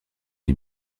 les